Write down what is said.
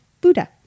Buddha